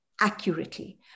accurately